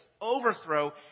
overthrow